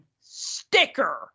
sticker